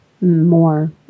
more